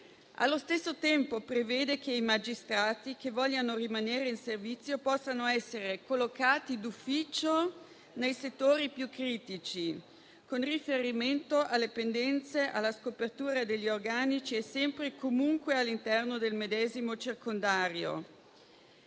Allo stesso tempo prevede che i magistrati che vogliano rimanere in servizio possano essere collocati d'ufficio nei settori più critici con riferimento alle pendenze, alla scopertura degli organici e sempre e comunque all'interno del medesimo circondario.